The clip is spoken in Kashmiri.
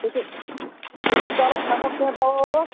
کۭتِس کۭتِس کالَس کھٮ۪مو کینٛہہ دَوا وَوا